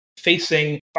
Facing